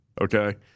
Okay